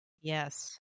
Yes